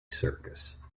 circus